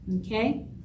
Okay